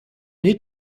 need